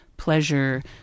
pleasure